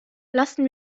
lassen